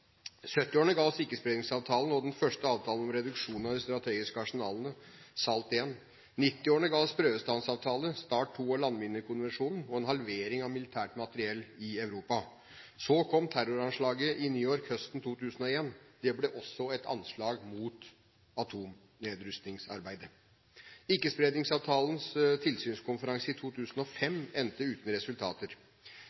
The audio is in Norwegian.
ga oss Ikke-spredningsavtalen og den første avtalen om reduksjon i de strategiske arsenalene, SALT I. 1990-årene ga oss en prøvestansavtale, START II og landminekonvensjonen og en halvering av militært materiell i Europa. Så kom terroranslaget i New York høsten 2001. Det ble også et anslag mot atomnedrustningsarbeidet. Ikke-spredningsavtalens tilsynskonferanse i 2005